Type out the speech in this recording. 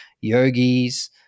yogis